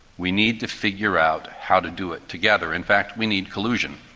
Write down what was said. we need to figure out how to do it together. in fact, we need collusion,